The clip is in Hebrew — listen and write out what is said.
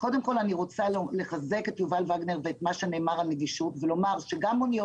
אני רוצה לחזק את יובל וגנר ואת מה שנאמר על נגישות ולומר שגם מוניות